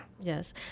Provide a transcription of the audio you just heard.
Yes